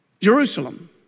Jerusalem